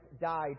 died